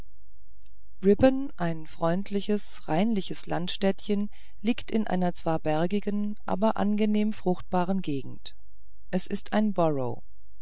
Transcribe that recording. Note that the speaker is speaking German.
ein freundliches reinliches landstädtchen liegt in einer zwar bergigen aber angenehmen fruchtbaren gegend es ist ein